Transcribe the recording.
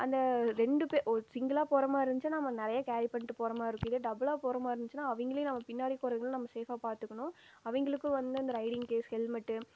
அந்த ரெண்டு பேர் ஒரு சிங்கிளாக போகிற மாதிரி இருந்துச்சின்னா நம்ம நெறைய கேரி பண்ணிகிட்டு போகிற மாதிரிருக்கும் இதே டபுளாக போகிற மாதிரி இருந்துச்சுன்னா அவங்களே நம்ம பின்னாடி போகிறவங்க நம்ம சேஃப்பாக பார்த்துக்கணும் அவங்களுக்கும் வந்து அந்த ரைடிங் கேஸ் ஹெல்மெட்டு